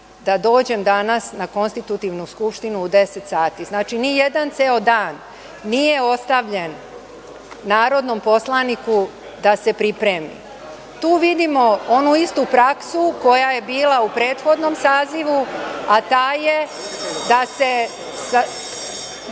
da dođem danas na konstitutivnu Skupštinu u 10,00 časova. Znači, ni jedan ceo dan nije ostavljen narodnom poslaniku da se pripremi, a tu vidimo onu istu praksu koja je bila u prethodnom sazivu, a ta je da se